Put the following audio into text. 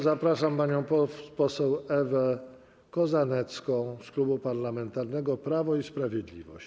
Zapraszam panią poseł Ewę Kozanecką z Klubu Parlamentarnego Prawo i Sprawiedliwość.